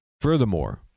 Furthermore